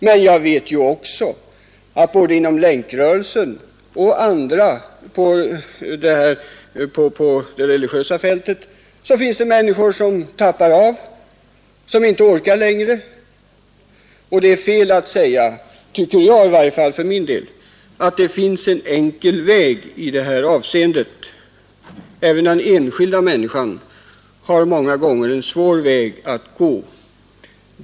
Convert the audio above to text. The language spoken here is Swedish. Men jag vet också att det både inom Länkrörelsen och på det religiösa fältet finns människor som fallit tillbaka, som inte har orkat längre. Därför tycker jag det är fel att säga att det här finns en enkel väg. För den enskilda människan är det många gånger en svår väg att gå.